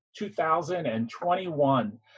2021